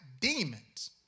demons